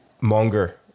monger